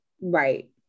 Right